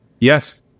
Yes